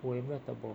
我也不懂